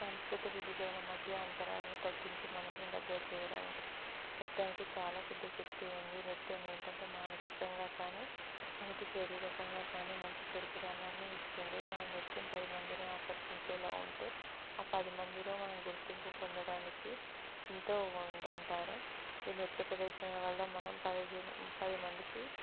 సంస్కృతి విభజన మధ్య అంతరాయాలను తగ్గించి మనుషులను దగ్గర చేయడానికి నృత్యానికి చాలా పెద్ద శక్తి ఉంది నృత్యం ఏంటంటే మానసికంగా కానీ మనకు శారీరకంగా కానీ మంచి చురుకుదనాన్ని ఇస్తుంది మన నృత్యం పది మందిని ఆకర్షించేలా ఉంటే ఆ పది మందిలో మనం గుర్తింపు పొందడానికి ఎంతో ఉందంటారు ఈ నృత్య ప్రదర్శనల వల్ల మనం పదిహీన పదిమందికి